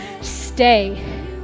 stay